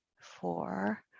four